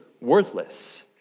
worthless